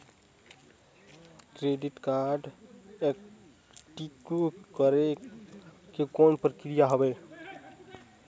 Credit card active करे के कौन प्रक्रिया हवे?